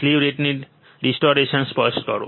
slew રેટની ડિસ્ટોરેશન સ્પષ્ટ થશે